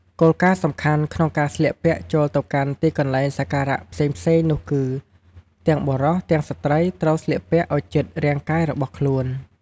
គោលគារណ៍សំខាន់ក្នុងការស្លៀកពាក់ចូលទៅកាន់ទីកន្លែងសក្ការៈផ្សេងៗនោះគឺ ទាំងបុរស ទាំងស្រ្តីត្រូវស្លៀកពាក់ឲ្យជិតរាងកាយរបស់ខ្លួន។